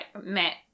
Matt